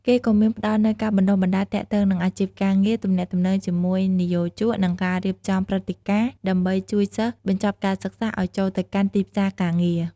គេក៏មានផ្ដល់នូវការបណ្តុះបណ្ដាលទាក់ទងនឹងអាជីពការងារ ទំនាក់ទំនងជាមួយនិយោជក និងការរៀបចំព្រឹត្តិការណ៍ ដើម្បីជួយសិស្សបញ្ចប់ការសិក្សាឱ្យចូលទៅកាន់ទីផ្សារការងារ។